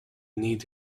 need